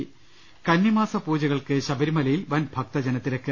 ് കന്നിമാസ പൂജകൾക്ക് ശബരിമലയിൽ വൻ ഭക്തജനത്തിരക്ക്